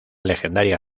legendaria